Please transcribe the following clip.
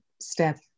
step